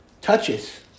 touches